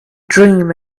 dream